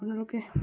আপোনালোকে